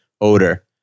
odor